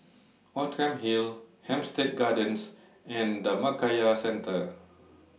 Outram Hill Hampstead Gardens and Dhammakaya Centre